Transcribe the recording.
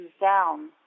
down